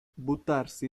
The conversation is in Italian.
buttarsi